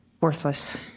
Worthless